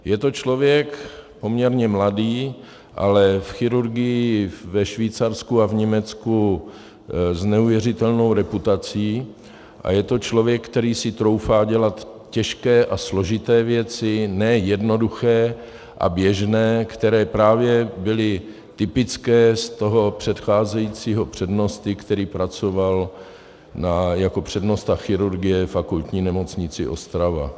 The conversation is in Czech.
Je to člověk poměrně mladý, ale v chirurgii ve Švýcarsku a v Německu s neuvěřitelnou reputací, a je to člověk, který si troufá dělat těžké a složité věci, ne jednoduché a běžné, které právě byly typické toho předcházejícího přednosty, který pracoval jako přednosta chirurgie ve Fakultní nemocnici Ostrava.